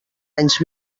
anys